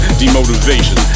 demotivation